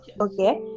okay